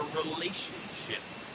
relationships